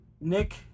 Nick